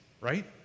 right